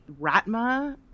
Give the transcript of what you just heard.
Ratma